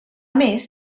més